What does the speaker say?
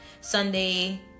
sunday